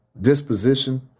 disposition